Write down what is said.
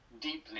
deeply